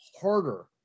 harder